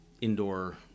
indoor